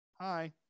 Hi